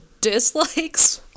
dislikes